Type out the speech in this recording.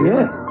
Yes